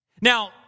Now